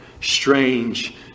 strange